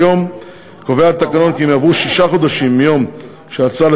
כיום קובע התקנון כי אם עברו שישה חודשים מיום שההצעה